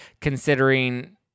considering